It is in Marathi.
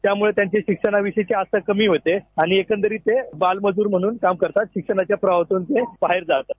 त्यामुळे त्यांची शिक्षणा विषयीची आस्था कमी होते आणि एकंदरीत ते बालमजूर म्हणून काम करतात व शिक्षणाच्या प्रवाहातून ते बाहेर जातात